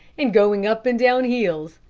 and going up and down hills.